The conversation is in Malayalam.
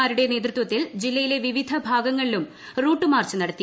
മാരുടെ നേതൃത്വത്തിൽ ജില്ലയിലെ വിവിധ ഭാഗങ്ങളിലും റൂട്ട് മാർച്ച് നടത്തി